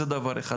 זה דבר אחד.